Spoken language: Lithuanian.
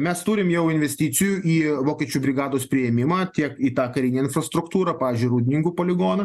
mes turim jau investicijų į vokiečių brigados priėmimą tiek į tą karinę infrastruktūrą pavyzdžiui rūdninkų poligoną